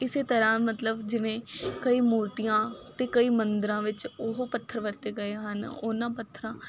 ਇਸੇ ਤਰ੍ਹਾਂ ਮਤਲਬ ਜਿਵੇਂ ਕਈ ਮੂਰਤੀਆਂ ਅਤੇ ਕਈ ਮੰਦਰਾਂ ਵਿੱਚ ਉਹ ਪੱਥਰ ਵਰਤੇ ਗਏ ਹਨ ਉਹਨਾਂ ਪੱਥਰਾਂ